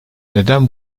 neden